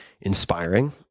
inspiring